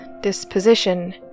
disposition